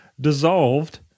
dissolved